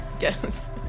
Yes